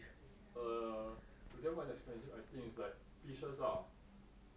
err to them what is expensive I think is like fishes lah